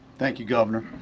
thank you governor.